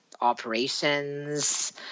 operations